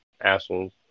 assholes